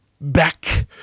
back